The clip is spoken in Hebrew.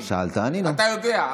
אתה יודע,